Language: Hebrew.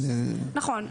נכון.